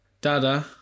Dada